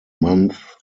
month